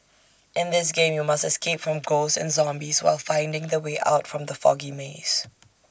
in this game you must escape from ghosts and zombies while finding the way out from the foggy maze